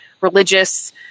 religious